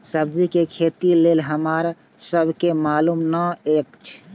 सब्जी के खेती लेल हमरा सब के मालुम न एछ?